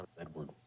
edward